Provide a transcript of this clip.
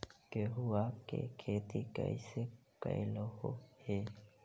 गेहूआ के खेती कैसे कैलहो हे?